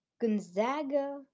Gonzaga